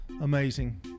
Amazing